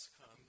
come